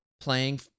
playing